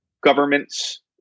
governments